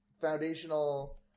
foundational